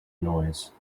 noise